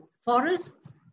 forests